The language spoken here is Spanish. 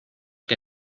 que